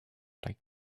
like